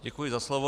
Děkuji za slovo.